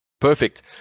Perfect